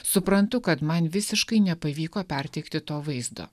suprantu kad man visiškai nepavyko perteikti to vaizdo